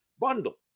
bundle